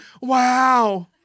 wow